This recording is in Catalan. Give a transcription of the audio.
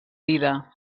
dida